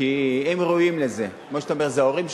כי הם ראויים לזה, כמו שאתה אומר, זה ההורים שלנו,